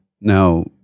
Now